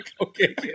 okay